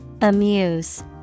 Amuse